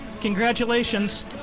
Congratulations